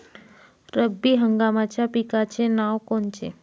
रब्बी हंगामाच्या पिकाचे नावं कोनचे?